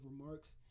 remarks